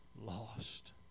Lost